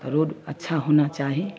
तऽ रोड अच्छा होना चाही